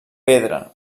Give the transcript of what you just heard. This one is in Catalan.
pedra